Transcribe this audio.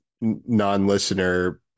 non-listener